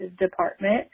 Department